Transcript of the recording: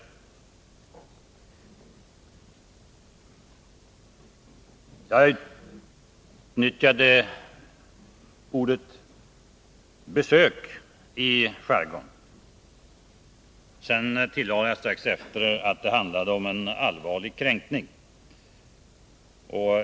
Jag utnyttjade ordet ”besök” i skärgården. Sedan tillade jag strax efter att det handlade om en allvarlig kränkning.